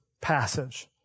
passage